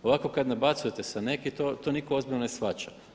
Ovako kada nabacujete sa neki to niko ozbiljno ne shvaća.